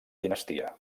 dinastia